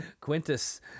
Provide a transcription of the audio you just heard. Quintus